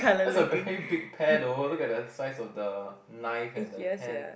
that's a very big pear though look at the size of the knife and the hand